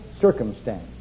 circumstance